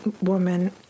woman